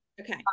Okay